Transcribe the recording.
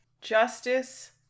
Justice